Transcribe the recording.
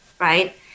right